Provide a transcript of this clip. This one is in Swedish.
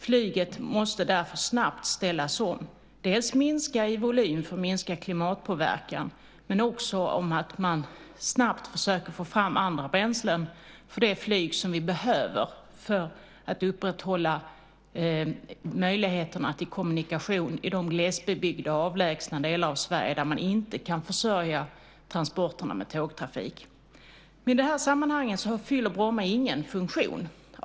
Flyget måste därför snabbt ställas om: Det måste minska i volym för att minska klimatpåverkan, och man måste också snabbt försöka få fram andra bränslen för det flyg som vi behöver för att upprätthålla möjligheterna till kommunikation i de glesbebyggda, avlägsna delar av Sverige där man inte kan försörja transporterna med tågtrafik. I det här sammanhanget fyller Bromma ingen funktion.